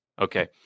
Okay